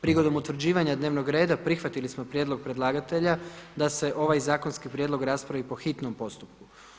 Prilikom utvrđivanja dnevnog reda prihvatili smo prijedlog predlagatelja da se ovaj zakonski prijedlog raspravi po hitnom postupku.